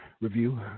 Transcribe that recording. review